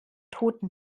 toten